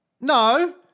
No